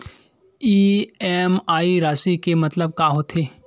EMI राशि के मतलब का होथे?